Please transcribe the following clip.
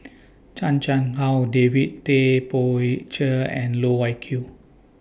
Chan Chang How David Tay Poey Cher and Loh Wai Kiew